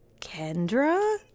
Kendra